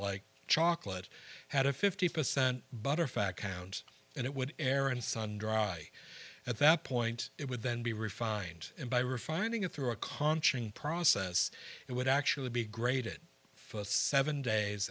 like chocolate had a fifty percent butter fact hound and it would air and sun dry at that point it would then be refined and by refining it through a cancian process it would actually be graded for a seven days